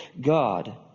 God